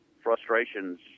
frustrations